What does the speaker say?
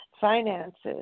finances